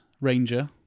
ranger